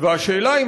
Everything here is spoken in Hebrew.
והשאלה היא,